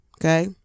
Okay